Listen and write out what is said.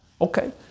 Okay